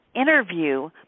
interview